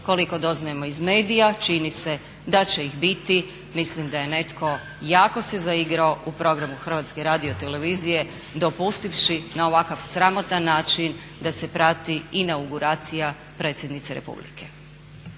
koliko doznajemo iz medija čini se da će ih biti, mislim da je netko jako se zaigrao u Programu HRT-a dopustivši na ovakav sramotan način da se prati inauguracija predsjednice Republike.